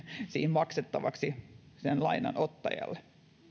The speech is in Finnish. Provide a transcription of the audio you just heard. maksettavaksi sen lainan ottajalle